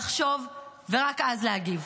לחשוב ורק אז להגיב.